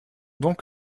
donc